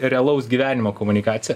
realaus gyvenimo komunikacija